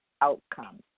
outcome